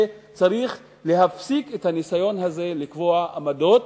שצריך להפסיק את הניסיון הזה לקבוע עמדות.